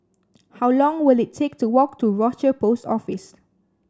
how long will it take to walk to Rochor Post Office